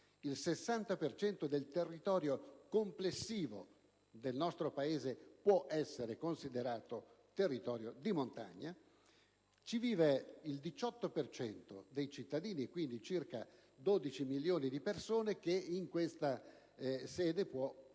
cento del territorio complessivo del nostro Paese può essere considerato territorio di montagna in cui vive il 18 per cento dei cittadini, quindi circa 12 milioni di persone e si tratta - in questa sede può essere